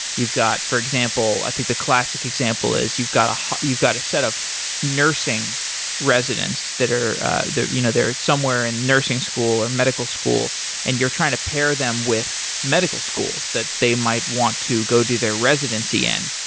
you've got, for example i think the classic example is you've got ah you've got a setup nursing residence that they're you know they're somewhere in nursing school or medical school and you're trying to pair them with medical schools that they might want to go do their residency in.